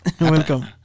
Welcome